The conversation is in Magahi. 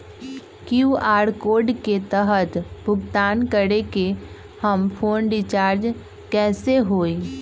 कियु.आर कोड के तहद भुगतान करके हम फोन रिचार्ज कैसे होई?